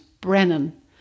Brennan